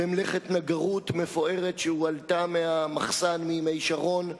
במלאכת נגרות מפוארת, שהועלתה מהמחסן מימי שרון,